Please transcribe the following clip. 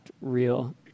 real